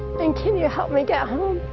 and can you help me get